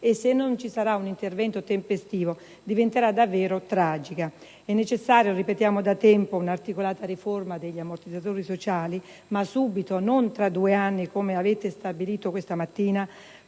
se non ci sarà un intervento tempestivo, diventerà davvero tragica. È necessaria - ripetiamo da tempo - un'articolata riforma degli ammortizzatori sociali: ma subito, non tra due anni, come avete stabilito questa mattina